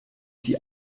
die